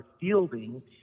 fielding